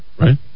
right